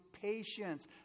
patience